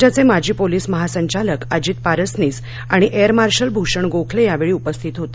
राज्याचे माजी पोलीस महासंचालक अजित पारसनीस आणि एअर मार्शल भूषण गोखले यावेळी पस्थित होते